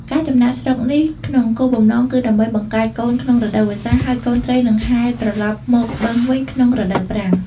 ការចំណាកស្រុកនេះ ក្នុងគោលបំណង គឺដើម្បីបង្កើតកូនក្នុងរដូវវស្សា ហើយកូនត្រីនឹងហែលត្រឡប់មកបឹងវិញក្នុងរដូវប្រាំង។